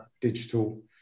digital